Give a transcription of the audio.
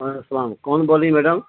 و السلام کون بول رہی ہیں میڈم